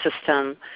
system